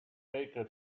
baker